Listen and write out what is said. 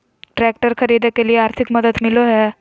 Tractor खरीदे के लिए आर्थिक मदद मिलो है?